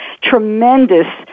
tremendous